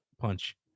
punch